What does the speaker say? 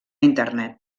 internet